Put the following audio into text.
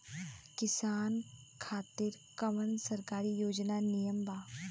किसान खातिर कवन सरकारी योजना नीमन बा?